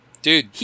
Dude